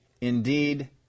indeed